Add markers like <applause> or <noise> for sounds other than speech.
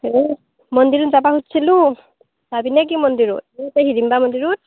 <unintelligible> মন্দিৰত যাবা খুজিছিলোঁ যাবিনে কি মন্দিৰত এই হিৰিম্বা মন্দিৰত